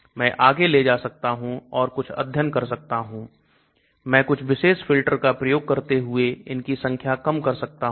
मैं आगे ले जा सकता हूं और कुछ अध्ययन कर सकता हूं मैं कुछ विशेष फिल्टर का प्रयोग करते हुए इनकी संख्या कम कर सकता हूं